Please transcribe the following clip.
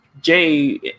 Jay